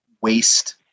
waste